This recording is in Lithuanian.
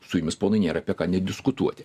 su jumis ponai nėra apie ką nediskutuoti